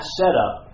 setup